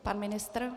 Pan ministr?